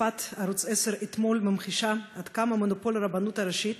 חשיפת ערוץ 10 אתמול ממחישה עד כמה מונופול הרבנות הראשית